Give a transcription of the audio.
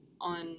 on